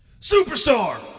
Superstar